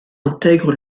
intègre